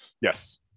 Yes